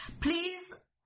Please